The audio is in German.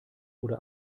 wurde